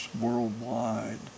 worldwide